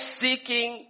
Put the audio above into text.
seeking